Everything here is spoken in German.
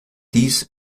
dies